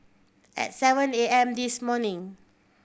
at seven A M this morning